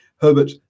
Herbert